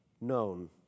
known